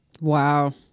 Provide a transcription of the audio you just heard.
Wow